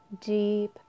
deep